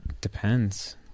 depends